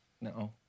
No